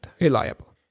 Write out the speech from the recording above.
reliable